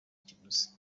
kiguzi